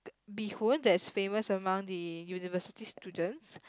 bee-hoon that's famous among the university students